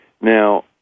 Now